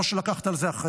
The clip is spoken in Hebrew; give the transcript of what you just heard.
לא שלקחת על זה אחריות,